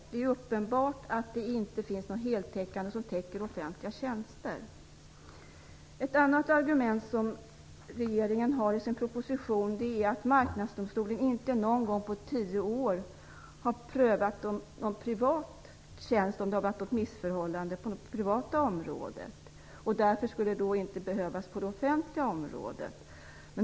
Det är uppenbart att det inte finns någonting heltäckande när det gäller offentliga tjänster. Ett annat argument i propositionen är att Marknadsdomstolen inte någon gång under tio år har prövat någon privat tjänst, om det har varit något missförhållande på det privata området. Därför skulle det inte heller behövas på det offentliga området.